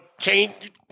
change